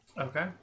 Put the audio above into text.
okay